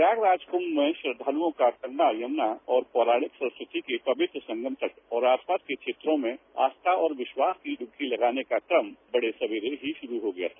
प्रयागराज कुंच में श्रद्दालुओं का गंगा यमुना और पौराणिक सरस्वती के पवित्र संगम तट और आसपास के क्षेत्रों में आस्था और विश्वास की डुबकी लगाने का क्रम बड़े सबेरे ही शुरू हो गया था